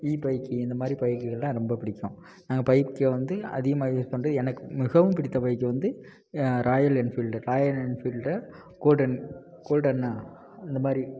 இபைக்கி இந்தமாதிரி பைக்குகளெலாம் ரொம்ப பிடிக்கும் நாங்கள் பைக்கை வந்து அதிகமாக யூஸ் பண்ணுறது எனக்கு மிகவும் பிடித்த பைக்கு வந்து royal Enfield royal Enfield golden golden அந்தமாதிரி